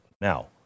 Now